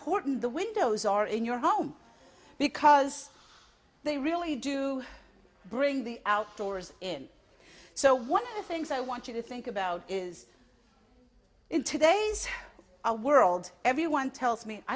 important the windows are in your home because they really do bring the outdoors in so one of the things i want you to think about is in today's our world everyone tells me i